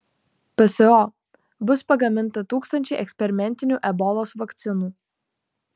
pso bus pagaminta tūkstančiai eksperimentinių ebolos vakcinų